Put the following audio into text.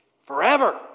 forever